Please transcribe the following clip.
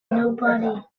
nobody